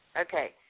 Okay